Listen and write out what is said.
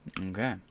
Okay